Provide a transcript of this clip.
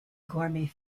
gourmet